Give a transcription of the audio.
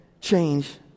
change